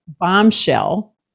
bombshell